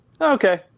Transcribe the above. Okay